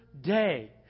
day